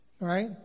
right